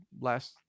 last